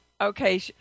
Okay